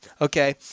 Okay